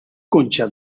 concha